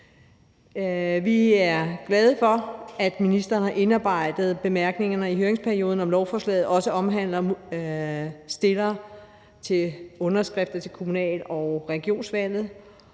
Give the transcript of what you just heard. Vi er glade for, at ministeren har indarbejdet bemærkningerne om lovforslaget fra høringsperioden, så det også omhandler stillerunderskrifter til kommunal- og regionsvalget,